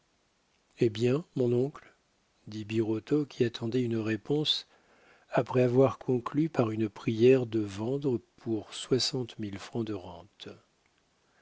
eh bien mon oncle dit birotteau qui attendait une réponse après avoir conclu par une prière de vendre pour soixante mille francs de rentes